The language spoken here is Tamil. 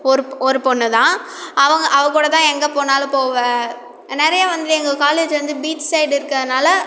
ஒரு ஒரு பொண்ணுதான் அவங்க அவள் கூட தான் எங்கள் போனாலும் போவேன் நிறைய வந்து எங்கள் காலேஜ் வந்து பீச் சைடு இருக்கறதுனால்